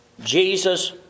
Jesus